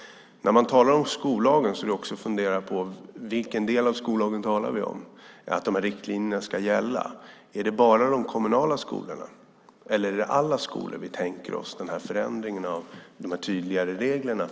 När man talar om skollagen bör man också fundera på: Vilken del av skollagen talar vi om? Vilka ska de här riktlinjerna gälla? Är det bara de kommunala skolorna? Eller är det i alla skolor vi tänker oss den här förändringen och de här tydligare reglerna?